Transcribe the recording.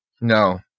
No